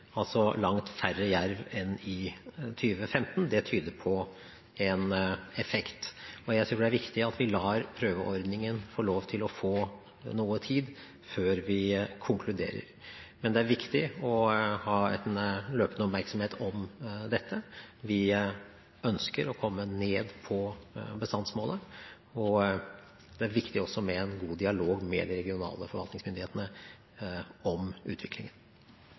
langt færre jerver enn i 2015. Det tyder på en effekt. Og jeg tror det er viktig at vi lar prøveordningen få lov til å få noe tid før vi konkluderer. Men det er viktig å ha en løpende oppmerksomhet om dette. Vi ønsker å komme ned på bestandsmålet, og det er viktig også med en god dialog med de regionale forvaltningsmyndighetene om utviklingen.